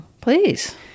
Please